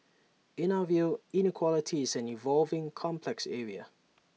in our view inequality is an evolving complex area